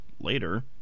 later